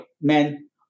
men